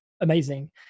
amazing